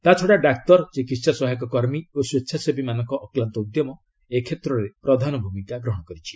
ତା'ଛଡ଼ା ଡାକ୍ତର ଚିକିତ୍ସା ସହାୟକ କର୍ମୀ ଓ ସ୍ୱେଚ୍ଛାସେବୀମାନଙ୍କୁ ଅକ୍ଲାନ୍ତ ଉଦ୍ୟମ ଏକ୍ଷେତ୍ରରେ ପ୍ରଧାନ ଭୂମିକା ଗ୍ରହଣ କରିଛି